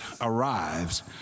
arrives